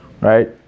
right